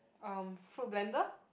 (um)food blender